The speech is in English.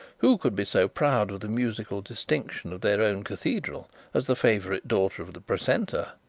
who could be so proud of the musical distinction of their own cathedral as the favourite daughter of the precentor?